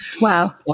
Wow